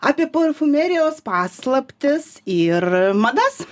apie parfumerijos paslaptis ir madas